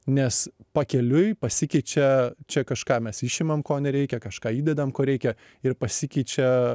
nes pakeliui pasikeičia čia kažką mes išimam ko nereikia kažką įdedam ko reikia ir pasikeičia